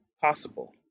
possible